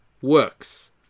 works